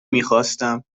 میخواستم